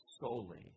solely